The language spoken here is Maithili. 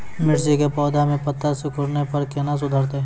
मिर्ची के पौघा मे पत्ता सिकुड़ने पर कैना सुधरतै?